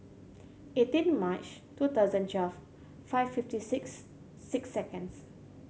eighteen March two thousand twelve five fifty six six seconds